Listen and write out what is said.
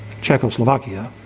Czechoslovakia